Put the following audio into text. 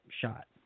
shot